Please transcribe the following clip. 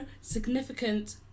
significant